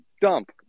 dump